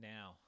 Now